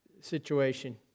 situation